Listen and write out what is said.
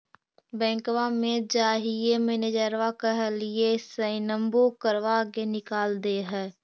बैंकवा मे जाहिऐ मैनेजरवा कहहिऐ सैनवो करवा के निकाल देहै?